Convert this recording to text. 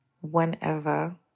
whenever